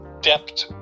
depth